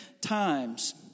times